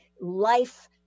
life